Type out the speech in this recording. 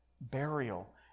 burial